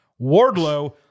Wardlow